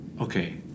okay